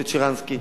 את שרנסקי,